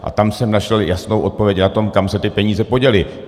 A tam jsem našel jasnou odpověď na to, kam se ty peníze poděly.